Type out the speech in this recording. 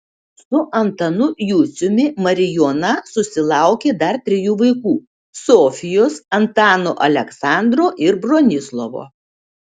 su antanu juciumi marijona susilaukė dar trijų vaikų sofijos antano aleksandro ir bronislovo